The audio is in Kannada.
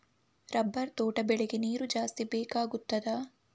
ರಬ್ಬರ್ ತೋಟ ಬೆಳೆಗೆ ನೀರು ಜಾಸ್ತಿ ಬೇಕಾಗುತ್ತದಾ?